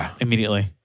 immediately